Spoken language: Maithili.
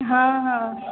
हँ हँ